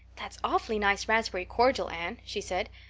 that's awfully nice raspberry cordial, anne, she said.